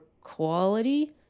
quality